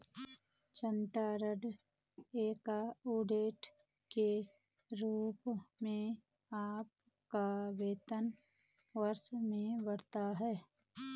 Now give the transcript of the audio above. chartered accountant के रूप में आपका वेतन वर्षों में बढ़ता है